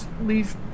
leave